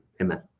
Amen